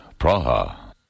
Praha